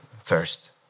first